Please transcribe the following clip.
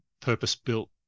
purpose-built